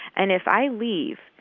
and if i leave,